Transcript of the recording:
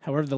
however the